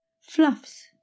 Fluffs